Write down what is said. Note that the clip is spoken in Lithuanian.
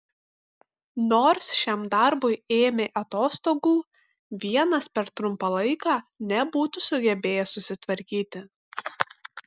nors šiam darbui ėmė atostogų vienas per trumpą laiką nebūtų sugebėjęs susitvarkyti